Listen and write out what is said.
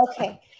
Okay